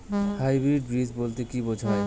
Hybrid বীজ বলতে কী বোঝায়?